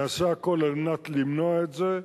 נעשה הכול על מנת למנוע את זה.